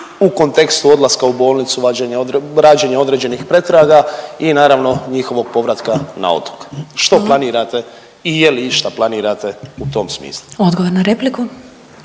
u kontekstu odlaska u bolnicu, rađenja određenih pretraga i naravno njihovog povratka na otok. Što planirate i je li išta planirate u tom smislu? **Glasovac, Sabina